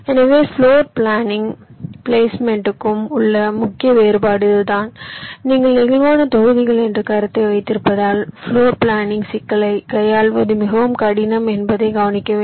எனவே பிளோர் பிளானிங்க்கும் பிளேஸ்மெண்ட்க்கும் உள்ள முக்கிய வேறுபாடு இதுதான் நீங்கள் நெகிழ்வான தொகுதிகள் என்ற கருத்தை வைத்திருப்பதால் பிளோர் பிளானிங் சிக்கலைக் கையாள்வது மிகவும் கடினம் என்பதைக் கவனிக்க வேண்டும்